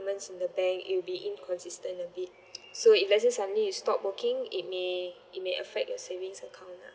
payments in the bank it'll be inconsistent in a bit so if Iet say suddenly you stop working it may it may affect your savings account lah